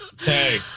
hey